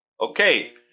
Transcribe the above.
okay